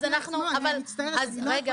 נעה,